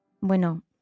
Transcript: Bueno